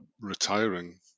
retiring